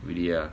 really ah